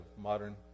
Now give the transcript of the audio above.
modern